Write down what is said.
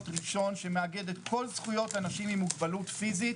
ראשון שמאגד את כל זכויות אנשים עם מוגבלות פיזית,